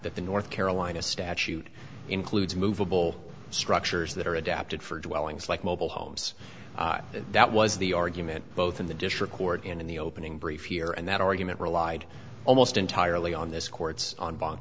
that the north carolina statute includes movable structures that are adapted for dwellings like mobile homes and that was the argument both in the district court in in the opening brief here and that argument relied almost entirely on this court's